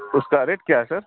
اس کا ریٹ کیا ہے سر